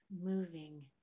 moving